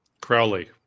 Crowley